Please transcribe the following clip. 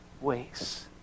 ways